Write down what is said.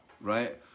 right